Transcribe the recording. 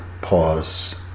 pause